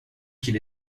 qu’il